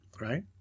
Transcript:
right